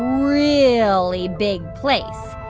really big place.